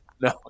No